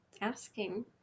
asking